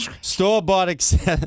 Store-bought